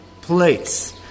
place